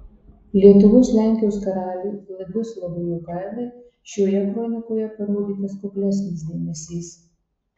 lietuvos lenkijos karaliui vladislovui jogailai šioje kronikoje parodytas kuklesnis dėmesys